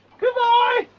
goodbye!